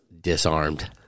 disarmed